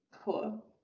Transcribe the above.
cool